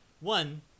One